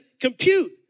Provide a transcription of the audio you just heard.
compute